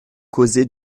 causer